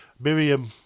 Miriam